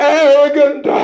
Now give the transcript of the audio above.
arrogant